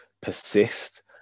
persist